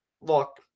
look